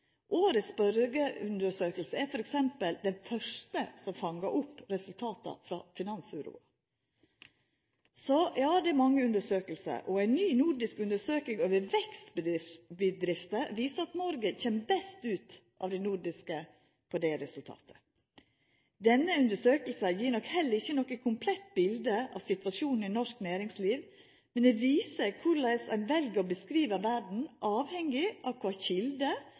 Årets spørjeundersøking er f.eks. den første som fangar opp resultata frå finansuroa. Så ja, det er mange undersøkingar. Ei ny nordisk undersøking av vekstbedrifter viser at Noreg kjem best ut av dei nordiske landa på resultat. Denne undersøkinga gjev nok heller ikkje noko komplett bilete av situasjonen i norsk næringsliv, men den viser at korleis ein vel å beskriva verda avheng av kva